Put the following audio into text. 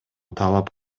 талап